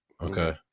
Okay